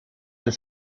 del